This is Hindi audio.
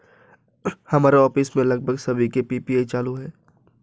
हमारे ऑफिस में लगभग सभी के पी.पी.आई चालू है